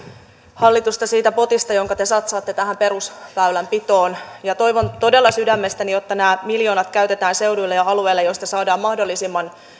hallitusta siitä potista jonka te satsaatte tähän perusväylänpitoon toivon todella sydämestäni että nämä miljoonat käytetään seuduille ja alueille joista saadaan mahdollisimman